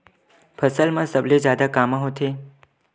फसल मा सबले जादा कामा होथे?